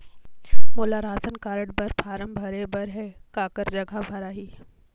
मोला ration card बर form भरे बर हे काकर जग भराही?